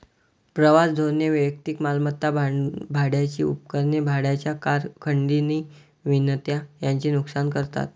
प्रवास धोरणे वैयक्तिक मालमत्ता, भाड्याची उपकरणे, भाड्याच्या कार, खंडणी विनंत्या यांचे नुकसान करतात